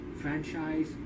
franchise